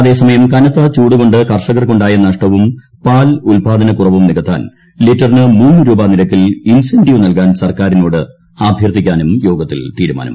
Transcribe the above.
അതേസമയം കനത്ത ചൂടുകൊണ്ട് കർഷകർക്കുണ്ടായ നഷ്ടവും പാൽ ഉൽപാദനക്കുറവും നികത്താൻ ലിറ്ററിനു മൂന്ന് രൂപ നിരക്കിൽ ഇൻസന്റീവ് നൽകാൻ സർക്കാരിനോട് അഭ്യർത്ഥിക്കാനും യോഗത്തിൽ തീരുമാനമായി